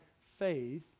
faith